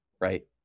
Right